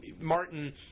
Martin